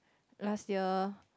last year